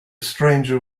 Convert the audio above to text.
stranger